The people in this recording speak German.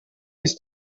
ist